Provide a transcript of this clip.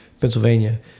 Pennsylvania